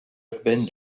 urbaine